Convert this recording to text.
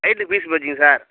light fuse போச்சுங்க sir